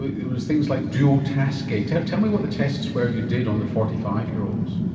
it was things like dual task gait. tell tell me what the tests were you did on the forty five year olds.